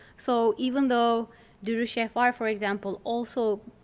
so even though durusehvar for ah for example also